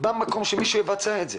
במקום שמישהו יבצע את זה.